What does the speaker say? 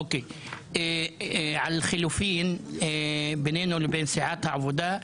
אפשר להודיע על חילופין בינינו לבין סיעת העבודה.